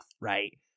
right